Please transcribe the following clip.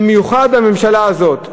במיוחד בממשלה הזאת.